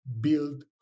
build